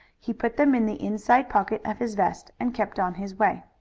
he put them in the inside pocket of his vest and kept on his way.